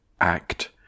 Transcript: Act